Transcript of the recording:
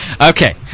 Okay